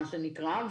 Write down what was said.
מה שנקרא.